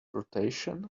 rotation